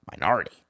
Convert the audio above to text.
minority